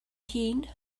hŷn